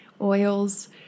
oils